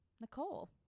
Nicole